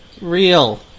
real